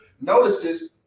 notices